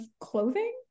clothing